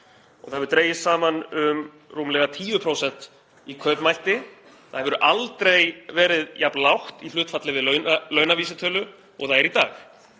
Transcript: og það hefur dregist saman um rúmlega 10% í kaupmætti. Það hefur aldrei verið jafn lágt í hlutfalli við launavísitölu og það er í dag.